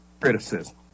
criticism